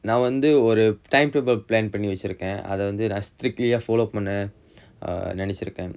நா வந்து ஒரு:naa vanthu oru time prepare plan பண்ணி வெச்சுருக்கேன் அத வந்து நா:panni vechurukkaen atha vanthu naa strictly ah follow பண்ண நினைச்சுருக்கேன்:panna ninaichurukkaen